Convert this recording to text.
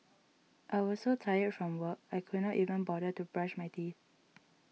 I was so tired from work I could not even bother to brush my teeth